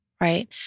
right